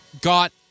got